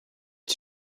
die